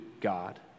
God